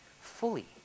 fully